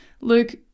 Luke